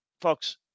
Folks